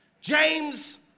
James